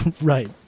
Right